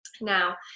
Now